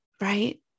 right